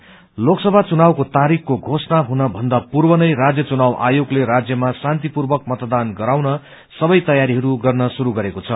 election Lok Sabha चुनावको तारिखको घोषणा हुनभन्दा पूर्व नै राज्य चुनाव आयोगले राज्यमा शान्तिपूर्वक मतदान गराउन सबै तयारीहरू गर्न शुरू गरेको छ